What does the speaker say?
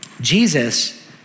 Jesus